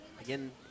again